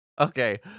Okay